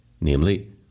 namely